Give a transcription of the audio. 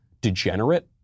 degenerate